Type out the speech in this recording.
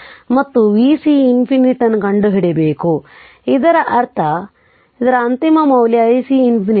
ಮತ್ತು vc ∞ ಅನ್ನು ಕಂಡುಹಿಡಿಯಬೇಕು ಇದರರ್ಥ ಇದರ ಅಂತಿಮ ಮೌಲ್ಯ ic ∞